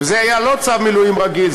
וזה היה לא צו מילואים רגיל,